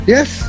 Yes